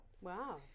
Wow